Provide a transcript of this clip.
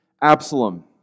Absalom